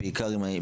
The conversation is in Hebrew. להתמודד.